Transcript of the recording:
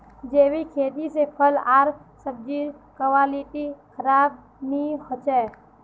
जैविक खेती से फल आर सब्जिर क्वालिटी खराब नहीं हो छे